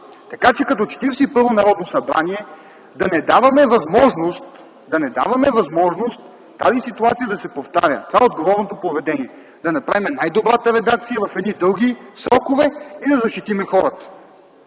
Четиридесет и първо Народно събрание да не даваме възможност тази ситуация да се повтаря. Това е отговорното поведение – да направим най-добрата редакция в едни дълги срокове и да защитим хората.